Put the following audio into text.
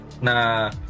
na